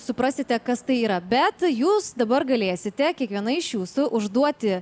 suprasite kas tai yra bet jūs dabar galėsite kiekviena iš jūsų užduoti